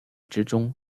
之中